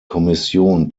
kommission